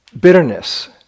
bitterness